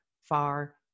far